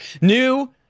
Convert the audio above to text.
New